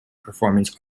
performance